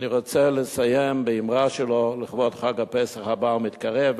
ואני רוצה לסיים באמרה שלו לכבוד חג הפסח הבא והמתקרב,